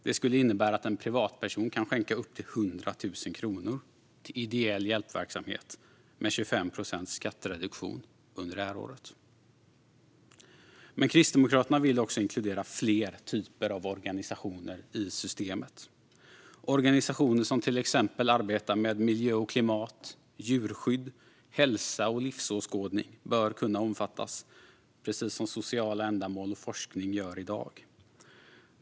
Det skulle innebära att en privatperson under det här året skulle kunna skänka upp till 100 000 kronor till ideell hjälpverksamhet med 25 procents skattereduktion. Kristdemokraterna vill också inkludera fler typer av organisationer i systemet. Organisationer som till exempel arbetar med miljö och klimat, djurskydd, hälsa och livsåskådning bör kunna omfattas, precis som sociala ändamål och forskning gör i dag.